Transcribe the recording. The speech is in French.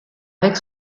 avec